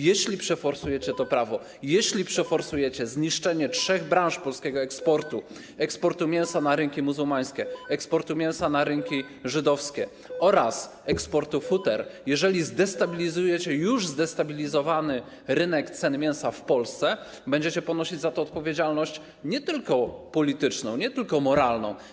Jeśli przeforsujecie to prawo, jeśli przeforsujecie zniszczenie trzech branż polskiego eksportu: eksportu mięsa na rynki muzułmańskie, eksportu mięsa na rynki żydowskie oraz eksportu futer, jeżeli zdestabilizujecie już zdestabilizowany rynek cen mięsa w Polsce, będziecie ponosić za to odpowiedzialność nie tylko polityczną, nie tylko moralną.